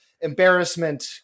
embarrassment